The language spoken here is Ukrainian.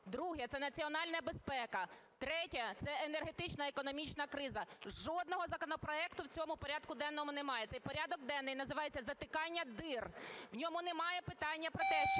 Друге - це національна безпека. Третє - це енергетична і економічна криза. Жодного законопроекту в цьому порядку денному немає, цей порядок денний називається "затикання дир", в ньому немає питання про те, що